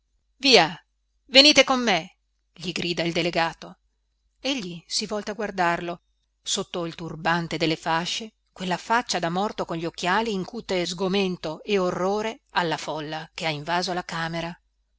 via venite con me gli grida il delegato egli si volta a guardarlo sotto il turbante delle fasce quella faccia da morto con gli occhiali incute sgomento e orrore alla folla che ha invaso la camera